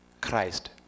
Christ